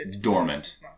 Dormant